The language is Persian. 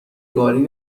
گاری